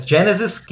Genesis